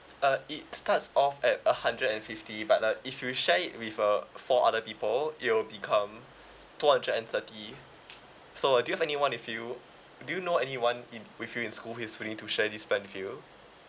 uh it starts off at a hundred and fifty but uh if you share it with uh four other people it will become two hundred and thirty so uh do you have anyone if you do you know anyone in with you in school is willing to share this plan with you